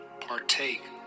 partake